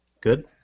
Good